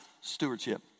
stewardship